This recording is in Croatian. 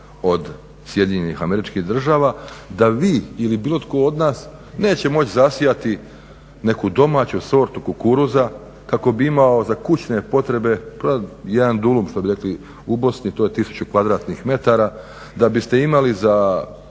koja je čak i liberalnija od SAD-a, da vi ili bilo tko od nas neće moći zasjati neku domaću sortu kukuruza kako bi imao za kućne potrebe, jedan … kao što bi rekli u Bosni, to je tisuću kvadratnih metara, da biste imali za